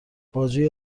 بازوی